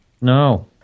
No